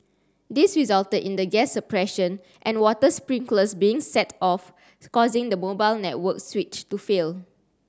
this resulted in the gas suppression and water sprinklers being set off causing the mobile network switch to fail